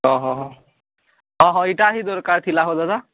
ଓହୋ ଓଃ ହଁ ହଁ ଏଇଟା ହିଁ ଦରକାର ଥିଲା ହୋ ଦାଦା